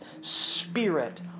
Spirit